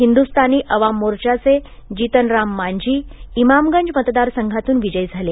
हिदुस्तानी आवाम मोर्चाचे जितन राम माझी इमामगंज मतदार संघातून विजयी झाले